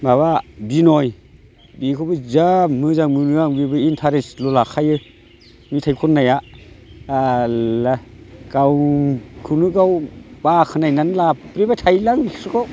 माबा बिनय बिखौबो जा मोजां मोनो आङो बेबो इन्ट्रेस्टल' लाखायो मेथाइ खननाया हाल्ला गावखौनो गाव बाखोनायनानै लाब्रेबाय थायोलां बिसोरखौ